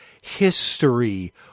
history